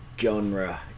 genre